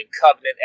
covenant